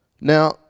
Now